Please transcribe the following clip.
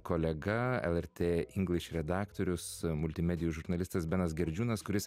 kolega lrt ingliš redaktorius multimedijų žurnalistas benas gerdžiūnas kuris